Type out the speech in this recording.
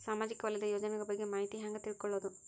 ಸಾಮಾಜಿಕ ವಲಯದ ಯೋಜನೆಗಳ ಬಗ್ಗೆ ಮಾಹಿತಿ ಹ್ಯಾಂಗ ತಿಳ್ಕೊಳ್ಳುದು?